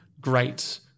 great